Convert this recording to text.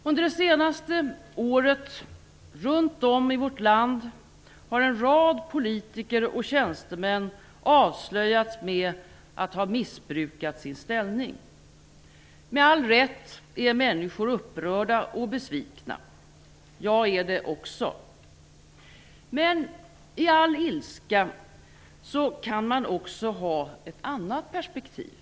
Under det senaste året har runt om i vårt land en rad politiker och tjänstemän avslöjats med att ha missbrukat sin ställning. Med all rätt är människor upprörda och besvikna. Också jag är det. Men i all sin ilska kan man också ha ett annat perspektiv.